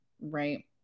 right